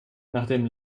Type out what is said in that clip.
nachdem